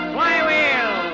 Flywheel